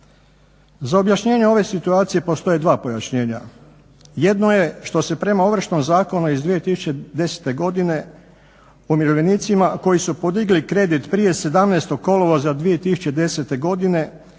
Za objašnjenje ove situacije postoje dva pojašnjenja. Jedno je što se prema Ovršnom zakonu iz 2010. godine umirovljenicima koji su podigli kredit prije 17. kolovoza 2010. godine